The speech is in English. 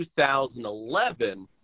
2011